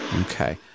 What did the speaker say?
Okay